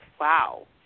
wow